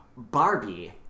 Barbie